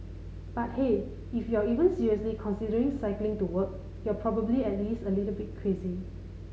but hey if you're even seriously considering cycling to work you're probably at least a bit crazy